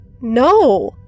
No